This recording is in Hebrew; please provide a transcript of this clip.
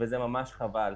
שזה ממש חבל.